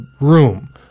room